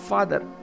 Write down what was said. Father